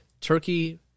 turkey